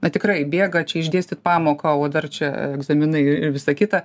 na tikrai bėga čia išdėstyt pamoką o dar čia egzaminai ir visa kita